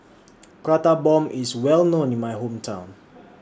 Prata Bomb IS Well known in My Hometown